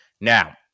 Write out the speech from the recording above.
Now